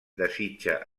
desitja